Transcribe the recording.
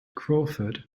crawford